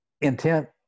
Intent